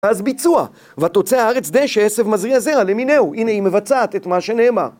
אז ביצוע, ותוצא הארץ דשא, עשב מזריע זרע, למינהו, הנה היא מבצעת את מה שנאמר